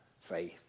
faith